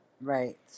Right